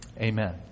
Amen